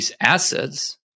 assets